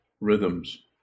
rhythms